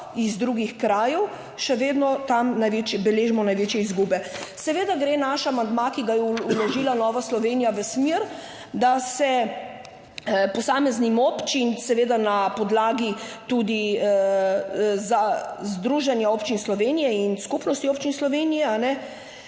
iz drugih krajev, še vedno tam beležimo največje izgube. Seveda gre naš amandma, ki ga je vložila Nova Slovenija v smer, da se posameznim občinam seveda na podlagi tudi Združenje občin Slovenije in Skupnosti občin Slovenije,